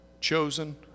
chosen